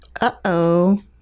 Uh-oh